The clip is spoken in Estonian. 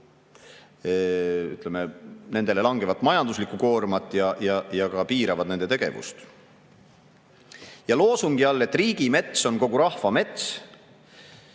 nendele langevat majanduslikku koormat ja piiravad nende tegevust. Loosungi all, et riigimets on kogu rahva mets,